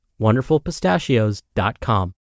WonderfulPistachios.com